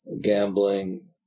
gambling